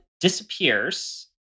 disappears